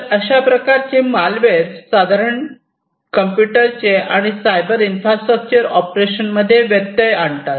तर अशा प्रकारचे मालवेअर साधारण कम्प्युटरचे आणि सायबर इन्फ्रास्ट्रक्चर ऑपरेशन मध्ये व्यत्यय आणतात